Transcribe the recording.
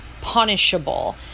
punishable